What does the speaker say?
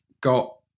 got